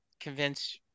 convince